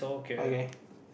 okay